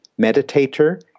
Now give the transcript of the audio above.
meditator